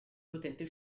l’utente